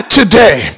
today